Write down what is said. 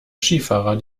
skifahrer